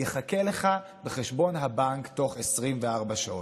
יחכה לך בחשבון הבנק בתוך 24 שעות.